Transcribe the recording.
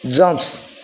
jumps